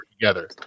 together